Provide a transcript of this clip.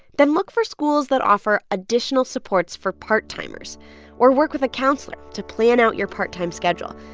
then look for schools that offer additional supports for part-timers or work with a counselor to plan out your part-time schedule.